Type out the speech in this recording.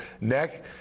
neck